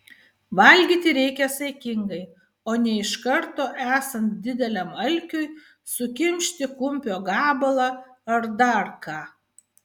valgyti reikia saikingai o ne iš karto esant dideliam alkiui sukimšti kumpio gabalą ar dar ką